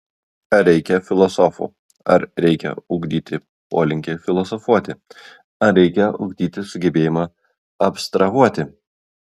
ar reikia filosofų ar reikia ugdyti polinkį filosofuoti ar reikia ugdyti sugebėjimą abstrahuoti